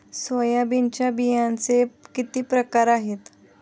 सोयाबीनच्या बियांचे किती प्रकार आहेत?